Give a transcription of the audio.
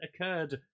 occurred